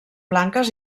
blanques